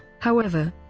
however,